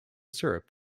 syrup